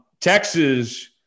Texas